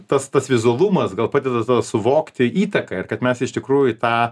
tas tas vizualumas gal padeda tą suvokti įtaką ir kad mes iš tikrųjų tą